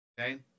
Okay